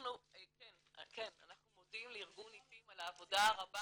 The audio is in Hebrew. כן, אנחנו מודים לארגון עתים על העבודה הרבה